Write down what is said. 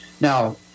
Now